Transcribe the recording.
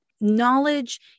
knowledge